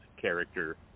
character